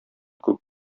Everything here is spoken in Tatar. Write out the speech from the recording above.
күп